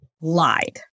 lied